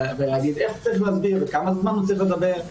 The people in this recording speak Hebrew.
ולהגיד איך צריך להסביר וכמה זמן הוא צריך לדבר.